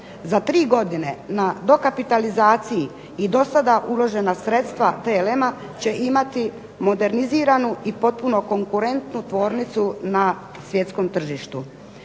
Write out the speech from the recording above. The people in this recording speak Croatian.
Za tri godine na dokapitalizaciji i do sada uložena sredstva TLM-a će imati moderniziranu i potpuno konkurentnu tvornicu na svjetskom tržištu.